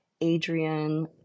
Adrian